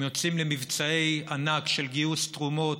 הם יוצאים למבצעי ענק של גיוס תרומות,